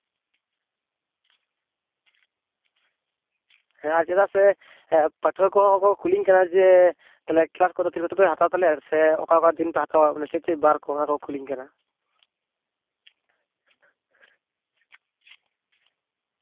ᱦᱮᱸ ᱟᱨ ᱪᱮᱫᱟᱜ ᱥᱮ ᱯᱟᱹᱴᱷᱣᱟᱹ ᱠᱚᱦᱚᱸ ᱠᱚ ᱠᱩᱞᱤᱧ ᱠᱟᱱᱟ ᱡᱮ ᱛᱟᱦᱚᱞᱮ ᱠᱞᱟᱥ ᱠᱚᱫᱚ ᱛᱤᱱ ᱠᱚᱛᱮ ᱯᱮ ᱦᱟᱛᱟᱣ ᱛᱟᱞᱮᱭᱟ ᱥᱮ ᱚᱠᱟ ᱚᱠᱟ ᱫᱤᱱ ᱯᱮ ᱦᱟᱛᱟᱣᱟ ᱢᱟᱱᱮ ᱪᱮᱫ ᱪᱮᱫ ᱵᱟᱨ ᱠᱚ ᱚᱱᱟ ᱠᱚ ᱠᱩᱞᱤᱧ ᱠᱟᱱᱟ